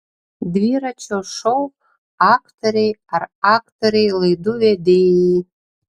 dviračio šou aktoriai ar aktoriai laidų vedėjai